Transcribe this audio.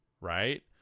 right